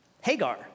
Hagar